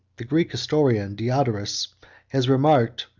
the greek historian diodorus has remarked,